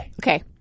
Okay